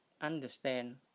understand